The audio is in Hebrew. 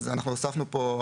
הוספנו כאן הבהרה,